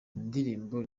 indirimbo